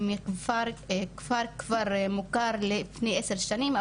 אני מכפר כבר מוכר לפני עשר שנים,